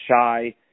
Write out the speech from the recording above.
shy